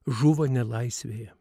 žuvo nelaisvėje